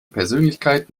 persönlichkeit